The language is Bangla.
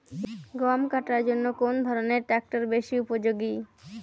গম কাটার জন্য কোন ধরণের ট্রাক্টর বেশি উপযোগী?